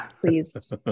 please